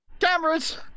Cameras